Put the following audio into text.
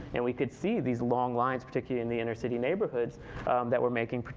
and we could see these long lines, particularly in the inner city neighborhoods that were making,